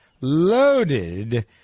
loaded